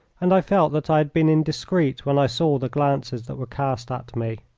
and i felt that i had been indiscreet when i saw the glances that were cast at me.